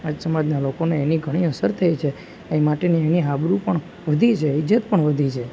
આજ સમાજના લોકોને એની ઘણી અસર થઈ છે એ માટેની એની આબરૂ પણ વધી ઇજ્જત પણ વધી જાય